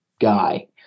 guy